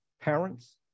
parents